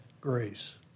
grace